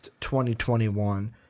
2021